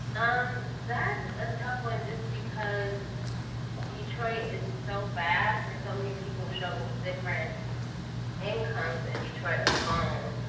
um that's a tough one, just because detroit is so vast, and so many people struggle with different incomes in detroit alone.